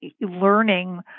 learning